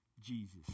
Jesus